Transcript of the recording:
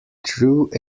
through